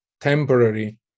temporary